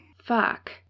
Fuck